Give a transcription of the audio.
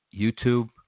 YouTube